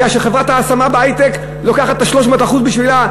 בגלל שחברת ההשמה בהיי-טק לוקחת את ה-300% בשבילה,